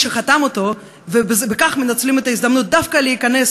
שחתם אותו ובכך מנצלים את ההזדמנות דווקא להיכנס